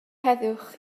heddwch